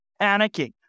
panicking